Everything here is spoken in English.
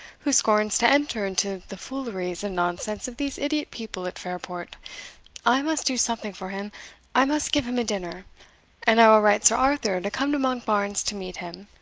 who scorns to enter into the fooleries and nonsense of these idiot people at fairport i must do something for him i must give him a dinner and i will write sir arthur to come to monkbarns to meet him.